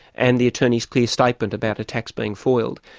and the attorney's clear statement about attacks being foiled.